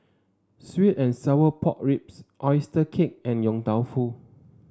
sweet and Sour Pork Ribs oyster cake and Yong Tau Foo